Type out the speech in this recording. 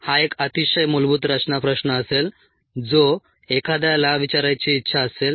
हा एक अतिशय मूलभूत रचना प्रश्न असेल जो एखाद्याला विचारायची इच्छा असेल